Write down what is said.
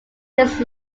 his